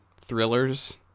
thrillers